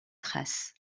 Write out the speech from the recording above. trace